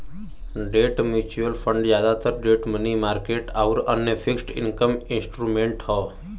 debt mutual fund जादातर debt money market आउर अन्य फिक्स्ड इनकम इंस्ट्रूमेंट्स हौ